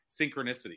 synchronicity